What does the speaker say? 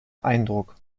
eindruck